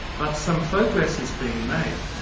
but some progress is being made.